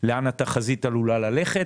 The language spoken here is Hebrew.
לאן התחזית עלולה ללכת,